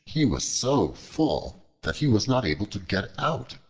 he was so full that he was not able to get out,